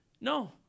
no